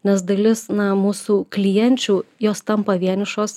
nes dalis na mūsų klienčių jos tampa vienišos